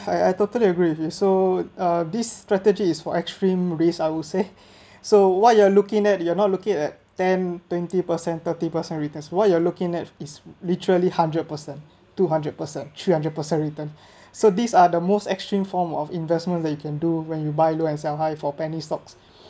I I totally agree with you so uh these strategies is for extreme risk I would say so what you are looking at you're not looking at ten twenty percent thirty percent return what you are looking at is literally hundred percent two hundred percent three hundred percent return so these are the most extreme form of investment that you can do when you buy low and sell high for penny stocks